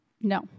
No